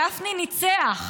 גפני ניצח.